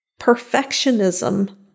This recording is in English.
Perfectionism